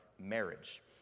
marriage